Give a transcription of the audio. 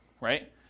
right